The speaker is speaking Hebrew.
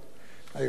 שהיה באותו תאריך,